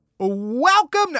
Welcome